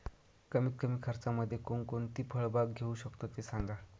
कमीत कमी खर्चामध्ये कोणकोणती फळबाग घेऊ शकतो ते सांगा